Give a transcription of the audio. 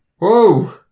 Whoa